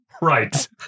Right